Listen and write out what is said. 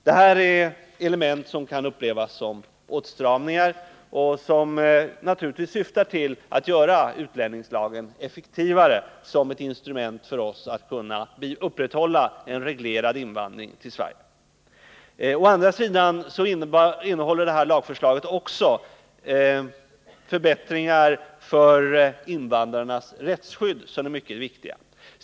Detta är element som kan upplevas som åtstramningar men som naturligtvis syftar till att göra utlänningslagen effektivare som ett instrument för oss att kunna upprätthålla en reglerad invandring till Sverige. Å andra sidan innehåller detta lagförslag också förbättringar i invandrarnas rättsskydd som är mycket viktiga.